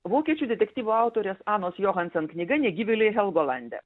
vokiečių detektyvų autorės anos johansen knyga negyvėliai helgolande